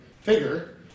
figure